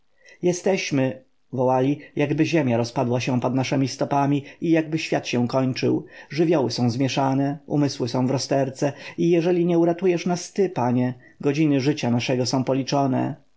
jesteśmy wołali jakby ziemia rozpadała się pod naszemi stopami i jakby świat się kończył żywioły są zmieszane umysły w rozterce i jeżeli nie uratujesz nas ty panie godziny życia naszego są policzone